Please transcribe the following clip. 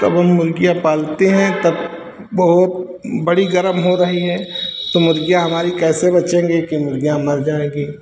तब हम मुर्गियाँ पालते हैं तब बहुत बड़ी गर्म हो रही है तो मुर्गियाँ हमारी कैसे बचेगी कि मुर्गियाँ मर जाएगी